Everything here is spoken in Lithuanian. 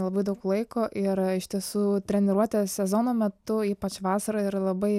labai daug laiko ir iš tiesų treniruotės sezono metu ypač vasarą yra labai